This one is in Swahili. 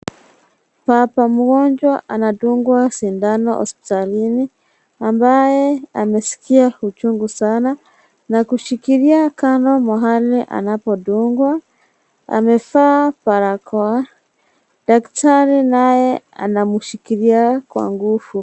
Baba mgonjwa anadungwa sindano hospitalini ambaye ameskia uchungu sana na kushikilia kama mhane anapodungwa, amevaa barakoa, daktari naye anamshikilia kwa nguvu.